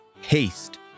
haste